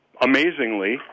amazingly